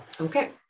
Okay